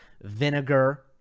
vinegar